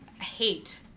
hate